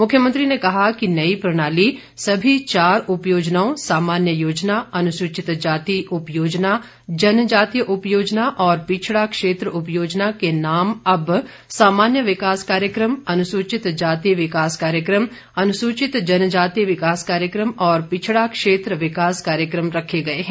मुख्यमंत्री ने कहा कि नयी प्रणाली सभी चार उपयोजनाओं समान्य योजना अनुसूचित जाति उपयोजना जनजातीय उपयोजना और पिछड़ा क्षेत्र उपयोजना के नाम अब सामान्य विकास कार्यक्रम अनुसूचित जाति विकास कार्यक्रम अनुसूचित जनजाति विकास कार्यक्रम और पिछड़ा क्षेत्र विकास कार्यक्रम रखे गये हैं